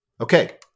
Okay